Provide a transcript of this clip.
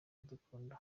idukunda